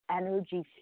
energy